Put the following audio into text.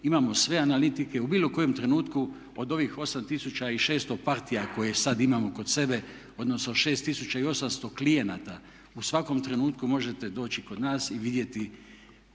imamo sve analitike. U bilo kojem trenutku od ovih 8600 partija koje sad imamo kod sebe, odnosno 6800 klijenata u svakom trenutku možete doći kod nas i vidjeti